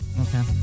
okay